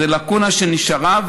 זו לקונה שנשארה,